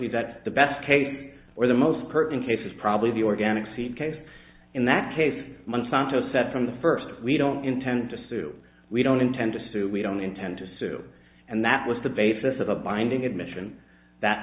jose that the best case or the most purton case is probably the organic seed case in that case months tonto said from the first we don't intend to sue we don't intend to sue we don't intend to sue and that was the basis of a binding admission that